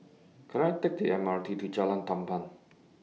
Can I Take The M R T to Jalan Tamban